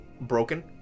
broken